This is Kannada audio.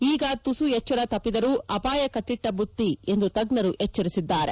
ಈಗ ಕುಸು ಎಚ್ಚರ ತಪ್ಪಿದರೂ ಅಪಾಯ ಕಟ್ಟಿಟ್ಟ ಬುತ್ತಿ ಎಂದು ತಜ್ಞರು ಎಚ್ಚರಿಸಿದ್ದಾರೆ